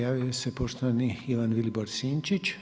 Javio se poštovani Ivan Vilibor-Sinčić.